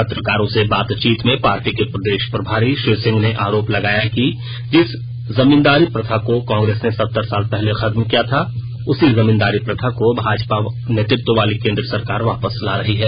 पत्रकारों से बातचीत में पार्टी के प्रदेश प्रभारी श्री सिंह ने आरोप लगाया कि जिस जमीनदारी प्रथा को कांग्रेस ने सत्तर साल पहले खत्म किया था उसी जमीनदारी प्रथा को भाजपा नेतृत्ववाली केन्द्र सरकार वापस ला रही है